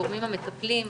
הגורמים המטפלים,